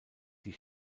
die